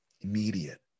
Immediate